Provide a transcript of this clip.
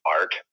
art